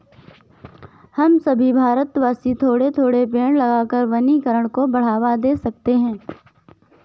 हम सभी भारतवासी थोड़े थोड़े पेड़ लगाकर वनीकरण को बढ़ावा दे सकते हैं